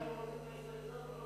לשאול את המסתייגים.